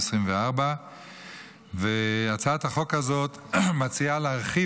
התשפ"ד 2024. הצעת החוק מציעה להרחיב